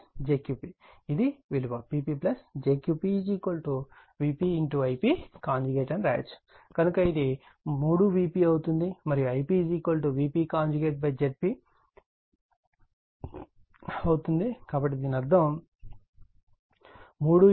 Pp j Qp Vp Ip అని రాయవచ్చు కనుక ఇది 3 Vp అవుతుంది మరియు Ip VpZp అవుతుంది కాబట్టి దీని అర్థం 3VpVpZp